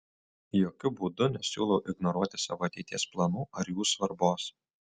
jokiu būdu nesiūlau ignoruoti savo ateities planų ar jų svarbos